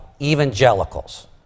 evangelicals